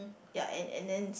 ya and and then